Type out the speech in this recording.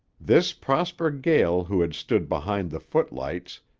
this prosper gael who had stood behind the footlights,